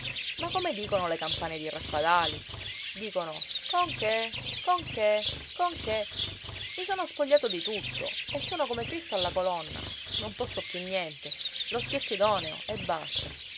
ma come dicono le campane di raffadali dicono con che con che con che i sono spogliato di tutto e sono come cristo alla colonna non posso piú niente lo schietto idoneo e basta